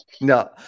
No